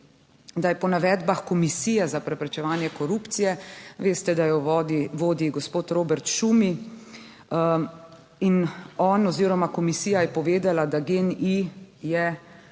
da je po navedbah Komisije za preprečevanje korupcije, veste, da jo vodi gospod Robert Šumi in on oziroma komisija je povedala, da GEN-I je